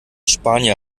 spanier